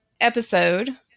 episode